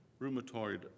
rheumatoid